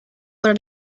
para